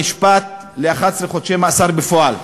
נשפט ל-11 חודשי מאסר בפועל.